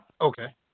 Okay